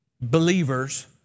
believers